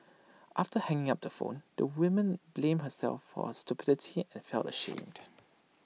after hanging up the phone the women blamed herself for her stupidity and felt ashamed